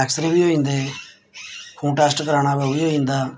x ray बी होई जंदे खून टैस्ट कराना होऐ ओह् बी होई जंदा हा